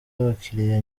abakiriya